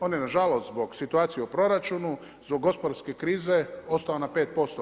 Oni nažalost zbog situacije u proračunu, zbog gospodarske krize ostao na 5%